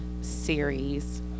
series